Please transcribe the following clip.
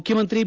ಮುಖ್ಯಮಂತ್ರಿ ಬಿ